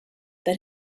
that